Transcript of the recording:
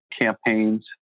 campaigns